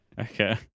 Okay